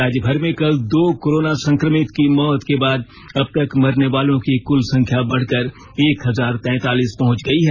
राज्यभर में कल दो कोरोना संक्रमित की मौत के बाद अब तक मरनेवालों की कुल संख्या बढ़कर एक हजार तैतालीस पहुंच गई है